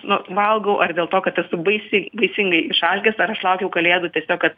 nu valgau ar dėl to kad esu baisiai baisingai išalkęs ar aš laukiau kalėdų tiesiog kad